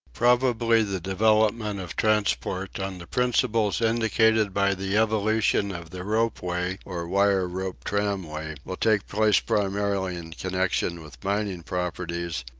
probably the development of transport on the principles indicated by the evolution of the ropeway or wire-rope tramway will take place primarily in connection with mining properties,